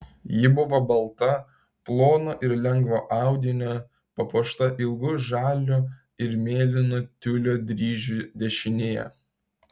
ji buvo balta plono ir lengvo audinio papuošta ilgu žalio ir mėlyno tiulio dryžiu dešinėje